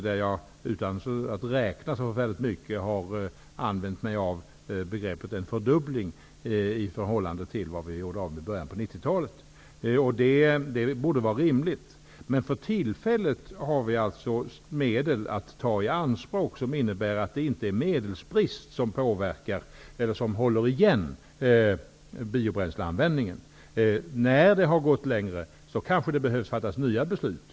Där har jag utan att räkna så väldigt mycket använt mig av begreppet en fördubbling i förhållande till vad vi gjorde av med i början av 90 talet. Det borde vara rimligt. Men för tillfället har vi alltså medel att ta i anspråk som innebär att det inte är medelsbrist som håller igen biobränsleanvändningen. När det har gått längre tid kanske det behöver fattas nya beslut.